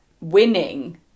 winning